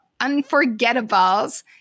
Unforgettables